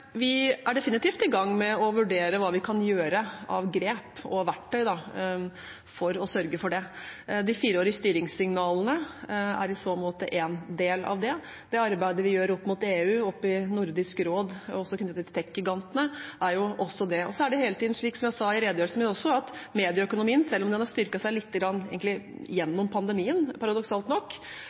Vi er definitivt i gang med å vurdere hva vi kan ta av grep, hvilke verktøy, for å sørge for det. De fireårige styringssignalene er i så måte en del av det. Det arbeidet vi gjør opp mot EU, opp mot Nordisk Råd, også knyttet til tech-gigantene, er også det. Det er hele tiden slik, som jeg sa i redegjørelsen min også, at medieøkonomien, selv om den har styrket seg litt gjennom pandemien paradoksalt nok,